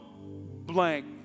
blank